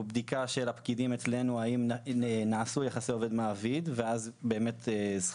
בדיקה של הפקידים אצלנו האם נעשו יחסי עובד מעביד ואז זכותו